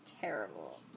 terrible